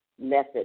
method